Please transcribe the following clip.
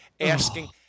asking